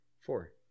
Four